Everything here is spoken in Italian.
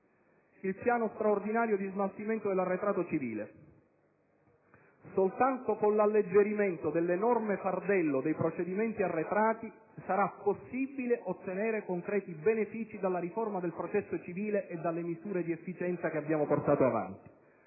il piano straordinario di smaltimento dell'arretrato civile, soltanto con l'alleggerimento dell'enorme fardello dei procedimenti arretrati sarà possibile ottenere concreti benefici dalla riforma del processo civile e dalle misure di efficienza che abbiamo portato avanti.